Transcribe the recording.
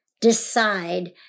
decide